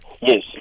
Yes